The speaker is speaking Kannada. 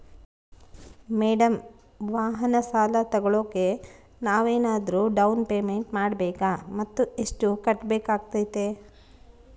ಮೇಡಂ ವಾಹನ ಸಾಲ ತೋಗೊಳೋಕೆ ನಾವೇನಾದರೂ ಡೌನ್ ಪೇಮೆಂಟ್ ಮಾಡಬೇಕಾ ಮತ್ತು ಎಷ್ಟು ಕಟ್ಬೇಕಾಗ್ತೈತೆ?